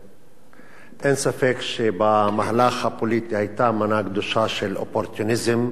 אין ספק שבמהלך הפוליטי היתה מנה גדושה של אופורטוניזם,